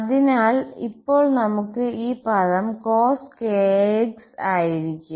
അതിനാൽ ഇപ്പോൾ നമുക്ക് ഈ പദം cos ആയിരിക്കാം